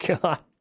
God